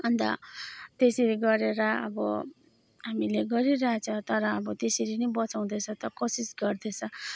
अन्त त्यसरी गरेर अब हामीले गरिरहेछ तर अब त्यसरी नै बचाउँदैछ त कोसिस गर्दैछ